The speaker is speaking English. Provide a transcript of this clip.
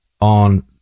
on